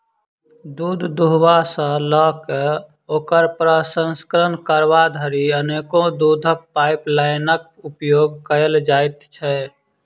दूध दूहबा सॅ ल क ओकर प्रसंस्करण करबा धरि अनेको दूधक पाइपलाइनक उपयोग कयल जाइत छै